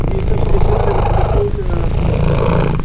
ٹھیٖک حظ چھُ لیکھِو حظ تُہۍ مےٚ لیکھِو حظ تُہۍ ناو سون ٹھیٖک حظ چھُ